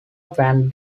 van